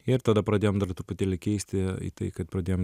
ir tada pradėjom dar truputėlį keisti į tai kad pradėjom